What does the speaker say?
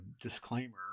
disclaimer